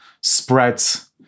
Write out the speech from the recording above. spreads